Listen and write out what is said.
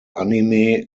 anime